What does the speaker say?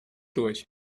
durch